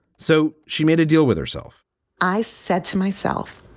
so she made a deal with herself i said to myself,